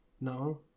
No